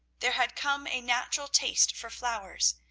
there had come a natural taste for flowers,